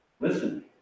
Listen